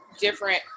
different